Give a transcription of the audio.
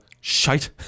shite